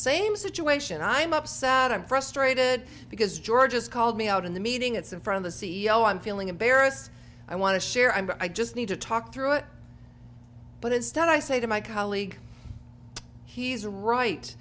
same situation i am upset i'm frustrated because georgia's called me out in the meeting it's in from the c e o i'm feeling embarrassed i want to share i'm i just need to talk through it but instead i say to my colleague he's right